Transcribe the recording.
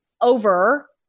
over